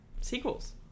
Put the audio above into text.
sequels